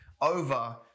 over